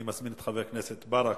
אני מזמין את חבר הכנסת ברכה,